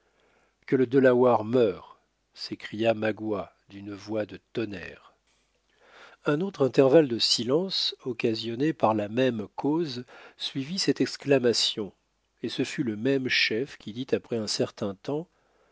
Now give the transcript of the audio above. que le delaware meure s'écria magua d'une voix de tonnerre un autre intervalle de silence occasionné par la même cause suivit cette exclamation et ce fut le même chef qui dit après un certain temps